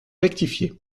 rectifié